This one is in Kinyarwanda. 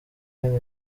intego